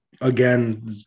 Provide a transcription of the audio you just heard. Again